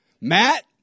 Matt